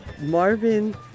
Marvin